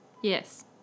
Yes